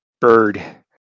bird